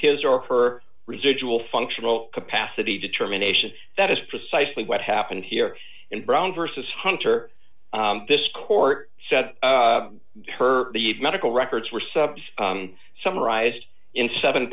his or her residual functional capacity determination that is precisely what happened here in brown versus hunter this court said her medical records were subs summarized in seven